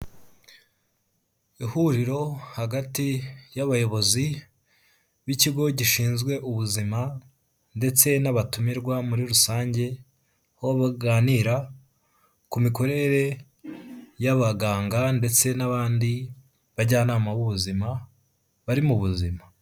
Ihuriro hagati y'abayobozi b'ikigo gishinzwe ubuzima ndetse n'abatumirwa muri rusange aho baganira ku mikorere y'abaganga ndetse n'abandi bajyanama b'ubuzima bari mu buzima.